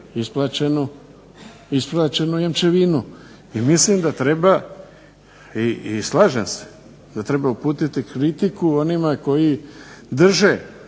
isplaćenu jamčevinu. I mislim da treba i slažem se da treba uputiti kritiku onima koji drže